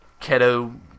Keto